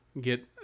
get